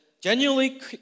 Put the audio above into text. genuinely